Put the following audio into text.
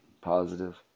Positive